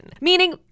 Meaning